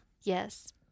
Yes